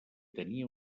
tenia